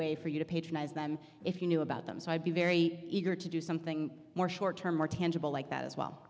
way for you to patronize them if you knew about them so i would be very eager to do something more short term more tangible like that as well